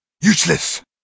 Useless